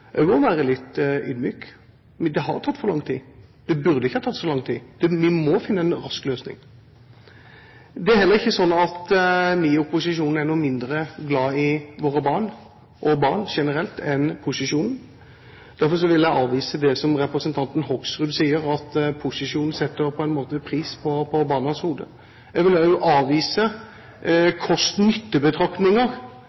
være litt ydmyk. Det har tatt for lang tid. Det burde ikke ha tatt så lang tid. Vi må finne en løsning raskt. Det er heller ikke slik at vi i posisjon er noe mindre glad i våre barn og barn generelt enn opposisjonen. Derfor vil jeg avvise det representanten Hoksrud sier om at posisjonen setter en pris på barnas hoder. Jeg vil også avvise